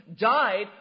died